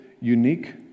unique